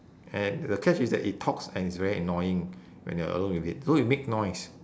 and the catch is that it talks and it's very annoying when you are alone with it so it make noise